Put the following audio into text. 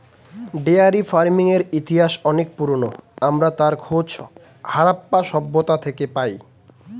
dairy ফার্মিংয়ের ইতিহাস অনেক পুরোনো, আমরা তার খোঁজ হারাপ্পা সভ্যতা থেকে পাই